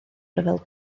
ryfel